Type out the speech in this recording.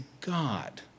God